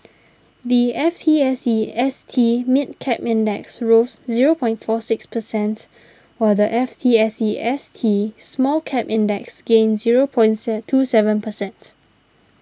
the F T S E S T Mid Cap Index rose zero point forty six precent while the F T S E S T Small Cap Index gained zero point twenty seven precent